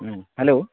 হুম hello